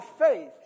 faith